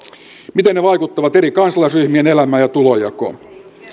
miten ne vaikuttavat eri kansalaisryhmien elämään ja tulonjakoon